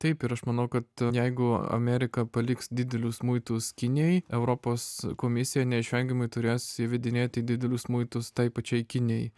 taip ir aš manau kad jeigu amerika paliks didelius muitus kinijai europos komisija neišvengiamai turės įvedinėti didelius muitus tai pačiai kinijai